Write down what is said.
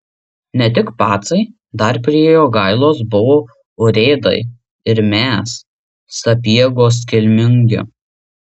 ne tik pacai dar prie jogailos buvo urėdai ir mes sapiegos kilmingi